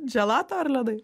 dželato ar ledai